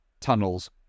Tunnels